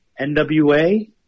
NWA